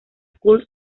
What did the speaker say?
school